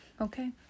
okay